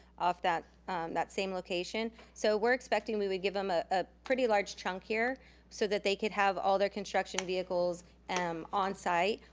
off that that same location. so we're expecting we would give em a ah pretty large chunk here so that they could have all their construction vehicles onsite,